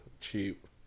cheap